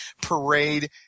Parade